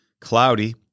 cloudy